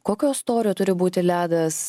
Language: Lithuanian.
kokio storio turi būti ledas